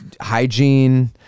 hygiene-